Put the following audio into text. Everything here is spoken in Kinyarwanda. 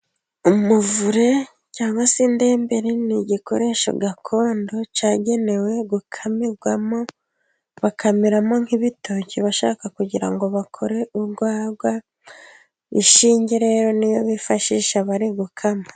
Umuvure cyangwa se indemberi ni igikoresho gakondo cyagenewe gukamirwamo, bakamiramo nk'ibitoki bashaka kugira ngo bakore urwagwa, ishinge rero niyo bifashisha bari gukama.